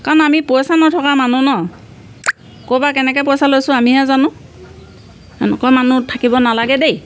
কাৰণ আমি পইচা নথকা মানুহ ন ক'ৰপা কেনেকে পইচা লৈছোঁ আমিহে জানো এনেকুৱা মানুহ থাকিব নালাগে দেই